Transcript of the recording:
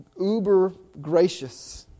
uber-gracious